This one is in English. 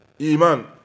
Iman